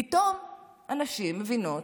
פתאום הנשים מבינות: